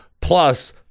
plus